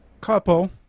couple